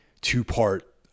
two-part